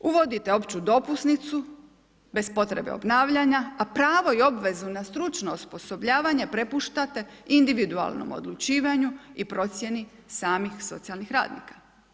Uvodite opću dopusnicu bez potrebe obnavljanja, a pravo i obvezu na stručno osposobljavanje, prepuštate individualnom odlučivanju i procjenu samih socijalnih radnika.